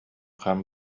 хам